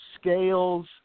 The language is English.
scales